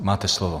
Máte slovo.